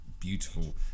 beautiful